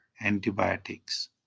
antibiotics